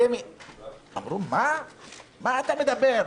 אמרו: מה אתה מדבר?